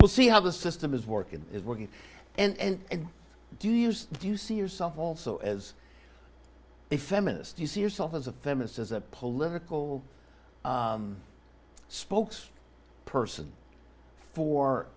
we'll see how the system is working is working and do you do you see yourself also as a feminist you see yourself as a feminist as a political spokes person for